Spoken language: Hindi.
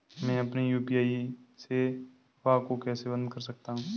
मैं अपनी यू.पी.आई सेवा को कैसे बंद कर सकता हूँ?